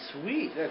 Sweet